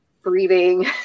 breathing